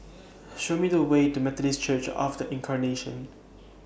Show Me The Way to Methodist Church of The Incarnation